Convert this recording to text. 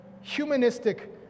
humanistic